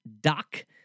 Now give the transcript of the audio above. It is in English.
doc